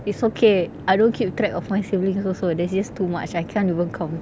it's okay I don't keep track of my siblings also there's just too much I can't even count